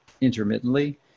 intermittently